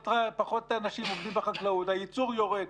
פחות אנשים עובדים בחקלאות, והייצור יורד.